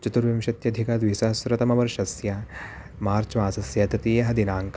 चतुर्विंशत्यधिकद्विसहस्रतमवर्षस्य मार्च् मासस्य तृतीयः दिनाङ्कः